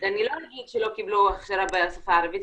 אני לא אגיד שהן לא קיבלו הכשרה בשפה הערבית,